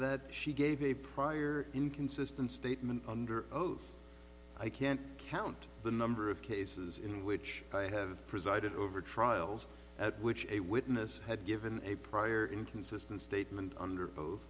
that she gave a prior inconsistent statement under oath i can't count the number of cases in which i have presided over trials at which a witness had given a prior inconsistent statement under oath